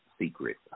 secret